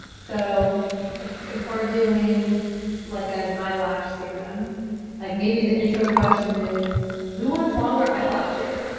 so if we're doing like an eyelash serum like maybe the intro question is who wants longer eyelashes?